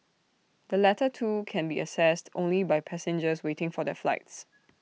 the latter two can be accessed only by passengers waiting for their flights